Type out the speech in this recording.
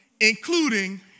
including